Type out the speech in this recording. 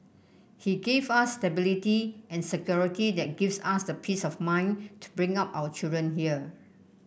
he gave us stability and security that gives us the peace of mind to bring up our children here